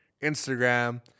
Instagram